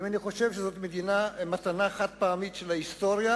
אם אני חושב שזאת מתנה חד-פעמית של ההיסטוריה,